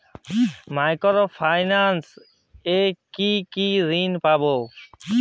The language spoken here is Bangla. মাইক্রো ফাইন্যান্স এ কি কি ঋণ পাবো?